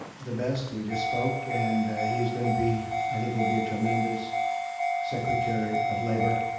the best. we just spoke. and he's going to be i think he'll be a tremendous secretary of labor.